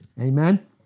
Amen